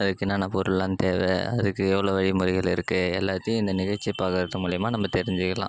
அதுக்கு என்னென்ன பொருள்லாம் தேவை அதுக்கு எவ்வளோ வழிமுறைகள் இருக்குது எல்லாத்தையும் இந்த நிகழ்ச்சி பார்க்கறது மூலிமா நம்ம தெரிஞ்சிக்கலாம்